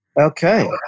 Okay